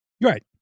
Right